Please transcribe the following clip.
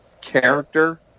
character